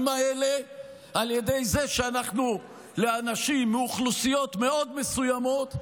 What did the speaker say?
האלה על ידי זה שאנשים מאוכלוסיות מאוד מסוימות,